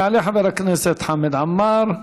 יעלה חבר הכנסת חמד עמאר,